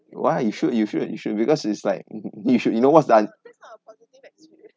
why you should you should you should because it's like you should you know what's the